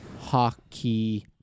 hockey